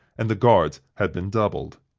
and the guards had been doubled.